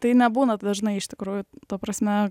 tai nebūna dažnai iš tikrųjų ta prasme